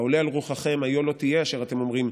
"והעלה על רוחכם היו לא תהיה אשר אתם אמרים,